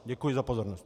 Děkuji za pozornost.